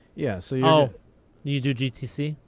yeah, so you do gtc?